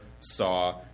saw